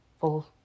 full